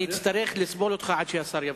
אני אצטרך לסבול אותך עד שהשר יבוא.